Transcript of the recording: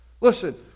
Listen